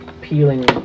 peeling